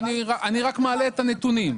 אני רק מעלה את הנתונים.